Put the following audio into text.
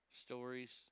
stories